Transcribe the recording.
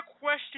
question